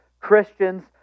Christians